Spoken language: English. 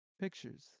pictures